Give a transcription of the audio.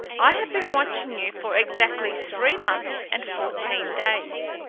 i have been watching you for exactly three months and fourteen days.